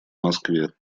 москве